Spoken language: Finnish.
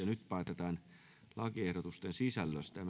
nyt päätetään lakiehdotusten sisällöstä